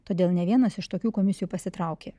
todėl ne vienas iš tokių komisijų pasitraukė